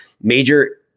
Major